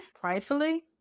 pridefully